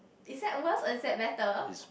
is that worse or is that better